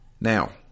Now